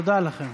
תודה לכם.